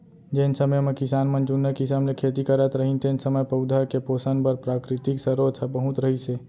जेन समे म किसान मन जुन्ना किसम ले खेती करत रहिन तेन समय पउधा के पोसन बर प्राकृतिक सरोत ह बहुत रहिस हे